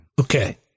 Okay